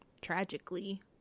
Tragically